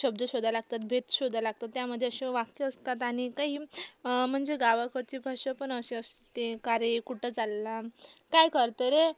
शब्द शोधायला लागतात ब्रिज शोधायला लागतात त्यामध्ये असे वाक्य असतात आणि काही म्हणजे गावाकडची भाषा पण अशी असते का रे कुठं चालला काय करतोय रे